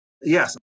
Yes